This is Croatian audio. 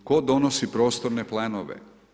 Tko donosi prostorne planove?